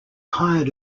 hired